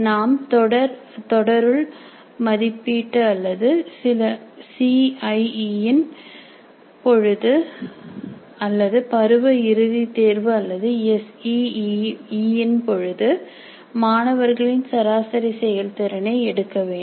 நாம் தொடர் உள் மதிப்பீடு அல்லது சி ஐ ஈ ன் பொழுது அல்லது பருவ இறுதி தேர்வு அல்லது எஸ் இ இ ன் பொழுது மாணவர்களின் சராசரி செயல்திறனை எடுக்க வேண்டும்